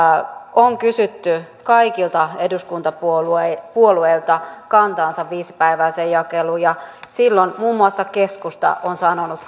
on kysytty kaikilta eduskuntapuolueilta heidän kantaansa viisipäiväiseen jakeluun ja silloin muun muassa keskusta on sanonut